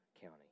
county